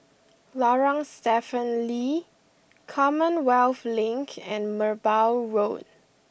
Lorong Stephen Lee Commonwealth Link and Merbau Road